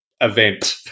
event